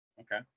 Okay